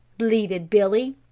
bleated billy.